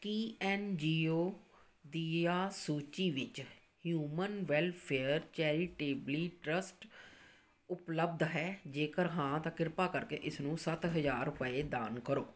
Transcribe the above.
ਕੀ N G O ਦੀਆਂ ਸੂਚੀ ਵਿੱਚ ਹਿਊਮਨ ਵੈਲਫ਼ੇਅਰ ਚੈਰੀਟੇਬਲੀ ਟ੍ਰੱਸਟ ਉਪਲੱਬਧ ਹੈ ਜੇਕਰ ਹਾਂ ਤਾਂ ਕਿਰਪਾ ਕਰਕੇ ਇਸ ਨੂੰ ਸੱਤ ਹਜ਼ਾਰ ਰੁਪਏ ਦਾਨ ਕਰੋ